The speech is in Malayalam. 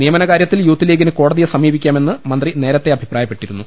നിയമന കാര്യത്തിൽ യൂത്ത് ലീഗിന് കോടതിയെ സമീപിക്കാമെന്ന് മന്ത്രി നേരത്തെ അഭിപ്രായപ്പെട്ടി രുന്നു